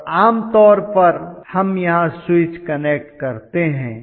और आम तौर पर हम यहां स्विच कनेक्ट करते हैं